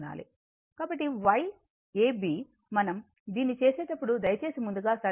కాబట్టి Yab మనం దీన్ని చేసేటప్పుడు దయచేసి ముందుగా సర్క్యూట్ ను గీయండి